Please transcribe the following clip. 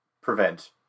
prevent